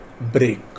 break